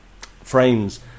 frames